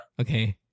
Okay